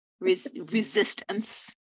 resistance